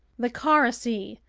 the kara sea,